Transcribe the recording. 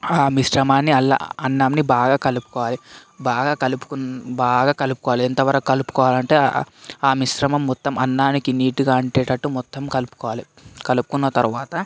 ఆ మిశ్రమాన్ని అలా అన్నంని బాగా కలుపుకోవాలి బాగా కలుపుకుని బాగా కలుపుకోవాలి ఎంతవరకు కలుపుకోవాలంటే ఆ మిశ్రమం మొత్తం అన్నానికి నీటుగా అంటేతట్టు మొత్తం కలుపుకోవాలి కలుపుకున్న తర్వాత